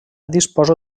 disposa